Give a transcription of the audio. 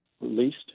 released